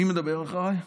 מי מדבר אחריי?